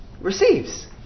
receives